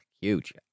huge